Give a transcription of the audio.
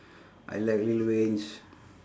I like lil wayne's